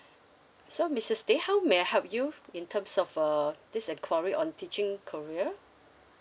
so missus tay how may I help you in terms of uh this inquiry on teaching career